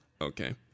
Okay